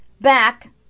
back